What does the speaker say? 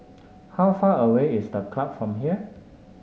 how far away is The Club from here